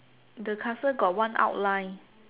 the castle got one outline